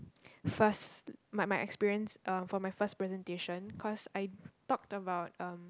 first my my experience uh for my first presentation cause I talked about um